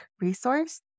resource